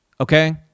Okay